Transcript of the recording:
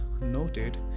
noted